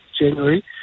January